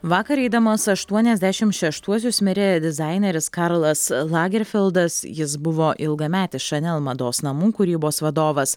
vakar eidamas ašuoniasdešimt šeštuosius mirė dizaineris karlas lagerfeldas jis buvo ilgametis šanel mados namų kūrybos vadovas